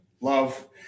love